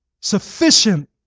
Sufficient